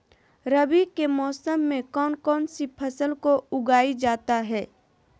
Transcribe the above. रवि के मौसम में कौन कौन सी फसल को उगाई जाता है?